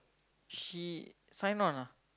she sign on ah